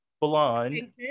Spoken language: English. blonde